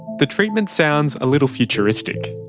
the treatment sounds a little futuristic.